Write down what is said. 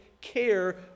care